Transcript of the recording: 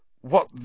What